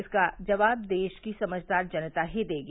इसका जवाब देश की समझदार जनता ही देगी